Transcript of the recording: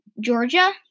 Georgia